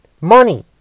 money